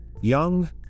Young